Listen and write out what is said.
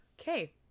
okay